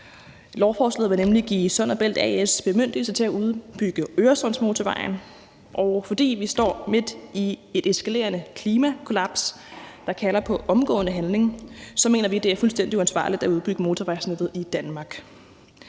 Lovforslaget vil nemlig give Sund & Bæl A/S bemyndigelse til at udbygge Øresundsmotorvejen, og fordi vi står midt i et eskalerende klimakollaps, der kalder på omgående handling, mener vi, det er fuldstændig uansvarligt at udbygge motorvejsnettet i Danmark.